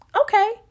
okay